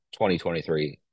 2023